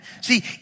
See